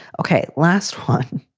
ok. last one.